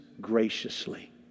graciously